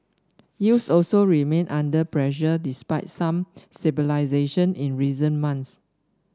yields also remain under pressure despite some stabilisation in recent months